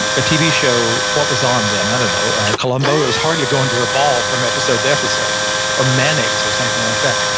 a tv show, what was on then, i don't know, a colombo, it was hardly going to evolve from episode to episode or mannix or something like that.